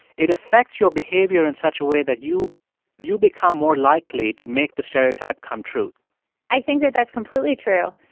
it affects your behavior in such a way that you you become more likely to make the stereotype come true i think that that's completely true.